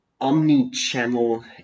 Omni-channel